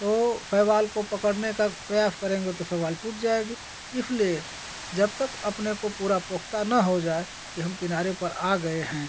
तो शैवाल को पकड़ने का प्रयास करेंगे तो शैवाल टूट जाएगा इसलिए जब तक अपने को पूरा पुख़्ता न हो जाए कि हम किनारे पर आ गए हैं